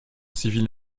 civile